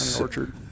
orchard